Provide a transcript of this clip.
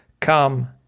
come